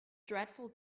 dreadful